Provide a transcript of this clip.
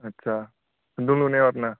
आच्चा खुन्दुं लुनायाव आरो ना